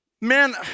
man